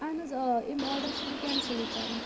اَہَن حظ آ یِم آرڈَر چھُ وۅنۍ کٮ۪نَسلٕے کَرُن